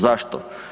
Zašto?